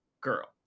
girl